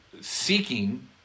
seeking